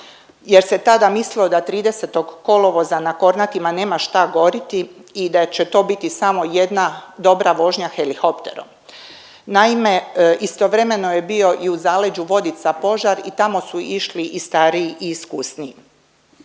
jer se tada mislilo da 30. kolovoza na Kornatima nema šta goriti i da će to biti samo jedna dobra vožnja helikopterom. Naime, istovremeno je bio i u zaleđu Vodica požar i tamo su išli i stariji i iskusniji.